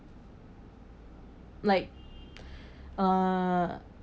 like err